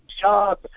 job